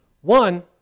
One